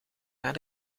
naar